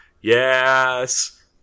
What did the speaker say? Yes